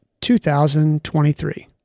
2023